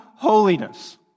Holiness